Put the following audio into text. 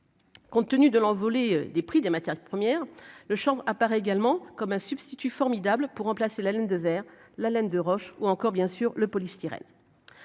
Compte tenu de l'envolée des prix des matières premières, le apparaît également comme un substitut formidables pour remplacer la laine de verre, la laine de roche ou encore bien sûr le polystyrène,